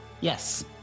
Yes